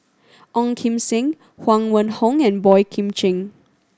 Ong Kim Seng Huang Wenhong and Boey Kim Cheng